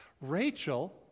Rachel